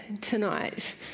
tonight